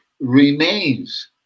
remains